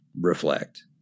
reflect